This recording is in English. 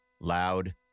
loud